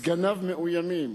סגניו מאוימים,